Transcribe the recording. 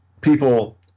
People